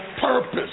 purpose